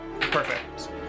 Perfect